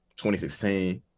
2016